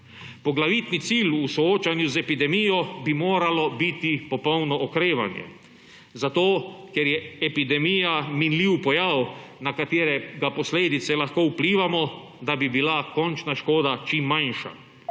Poglavitni cilj v soočanju z epidemijo bi moralo biti popolno okrevanje, zato ker je epidemija minljiv pojav, na katerega posledice lahko vplivamo, da bi bila končna škoda čim manjša.